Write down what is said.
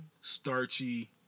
Starchy